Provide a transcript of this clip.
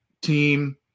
team